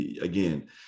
again